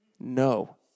No